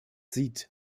sieht